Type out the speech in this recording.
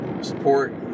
Support